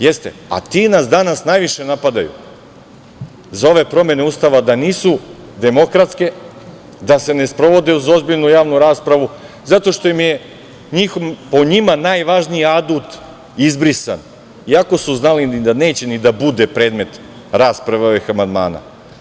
Jeste, a ti nas danas najviše napadaju za ove promene Ustava, da nisu demokratske, da se ne sprovode uz ozbiljnu javnu raspravu zato što je po njima najvažnija adut izbrisan, iako su znali ni da neće da bude predmet rasprave ovih amandmana.